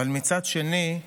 אבל מצד שני,